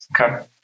Okay